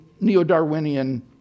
Neo-Darwinian